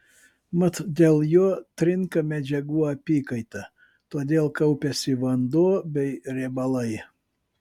mat dėl jo trinka medžiagų apykaita todėl kaupiasi vanduo bei riebalai